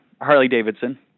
Harley-Davidson